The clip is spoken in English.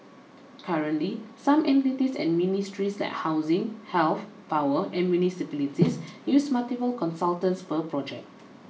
currently some entities and ministries like housing health power and municipalities use multiple consultants per project